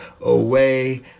away